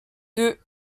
deux